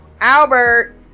Albert